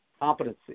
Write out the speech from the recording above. competency